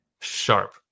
Sharp